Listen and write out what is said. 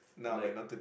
like